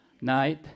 night